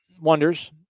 wonders